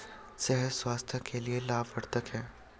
शहद स्वास्थ्य के लिए लाभवर्धक है